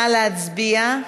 נא להצביע.